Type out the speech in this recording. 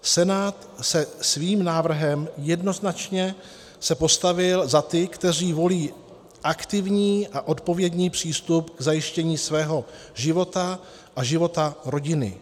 Senát se svým návrhem jednoznačně postavil za ty, kteří volí aktivní a odpovědný přístup k zajištění svého života a života rodiny.